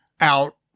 out